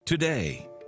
Today